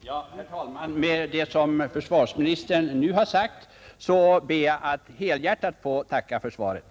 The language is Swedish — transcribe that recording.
Herr talman! Efter det som försvarsministern nu sagt ber jag att helhjärtat få tacka för svaret.